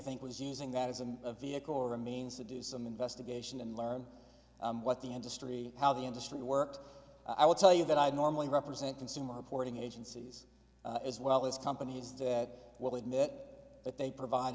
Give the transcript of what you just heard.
think was using that as a vehicle remains to do some investigation and learn what the industry how the industry worked i would tell you that i normally represent consumer reporting agencies as well as companies that will admit that they provide